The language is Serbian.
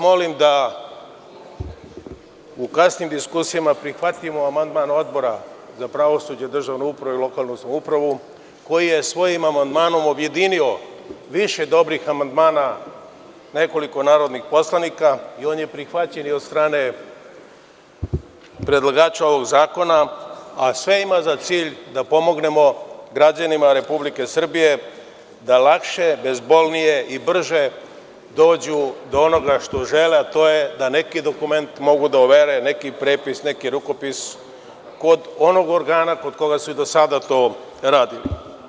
Molim vas da u kasnijoj diskusiji prihvatimo amandman Odbora za pravosuđe, državnu upravu i lokalnu samoupravu, koji je svojim amandmanom objedinio više dobrih amandmana nekoliko narodnih poslanika i on je prihvaćen od strane predlagača ovog zakona, a sve u cilju da pomognemo građanima Republike Srbije da lakše, bezbolnije i brže dođu do onoga što žele, a to je da neki dokument, neki prepis, neki rukopis mogu da overe kod onog organa gde su do sada to radili.